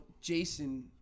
jason